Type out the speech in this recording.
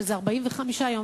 שזה 45 יום,